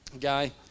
Guy